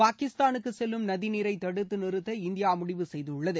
பாகிஸ்தானுக்கு செல்லும் நதிநீரை தடுத்து நிறுத்த இந்தியா முடிவு செய்துள்ளது